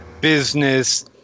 Business